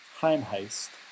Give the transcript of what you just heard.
Heimheist